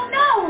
no